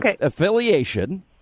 affiliation